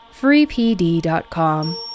freepd.com